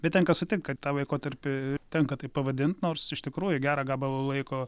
bet tenka sutikt kad tą laikotarpį tenka taip pavadint nors iš tikrųjų gerą gabalą laiko